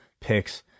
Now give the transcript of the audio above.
picks